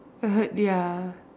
hurt ya